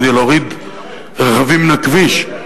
כדי להוריד רכבים מן הכביש.